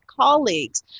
colleagues